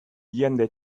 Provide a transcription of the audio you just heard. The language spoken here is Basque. jende